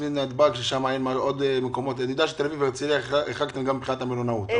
אני מבין שאת תל-אביב והרצליה החרגתם גם מבחינת מלונאות.